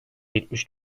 yetmiş